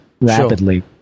rapidly